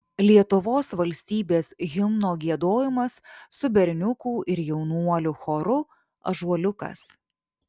lietuvos valstybės himno giedojimas su berniukų ir jaunuolių choru ąžuoliukas